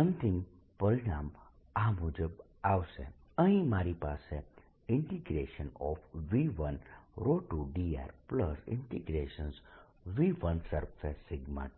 અંતિમ પરિણામ આ મુજબ આવશે અહીં મારી પાસે V12drV1surface